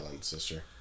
sister